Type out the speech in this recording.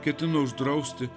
ketino uždrausti